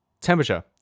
temperature